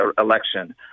election